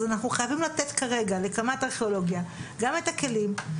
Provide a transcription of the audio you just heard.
אז אנחנו חייבים כרגע לקמ"ט ארכיאולוגיה גם את הכלים,